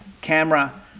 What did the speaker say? camera